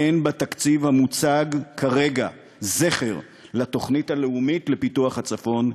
אין בתקציב המוצג כרגע זכר לתוכנית הלאומית לפיתוח הצפון,